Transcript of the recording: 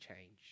change